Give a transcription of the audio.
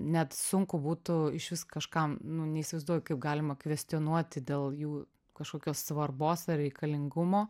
net sunku būtų išvis kažkam nu neįsivaizduoju kaip galima kvestionuoti dėl jų kažkokios svarbos ar reikalingumo